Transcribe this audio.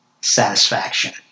satisfaction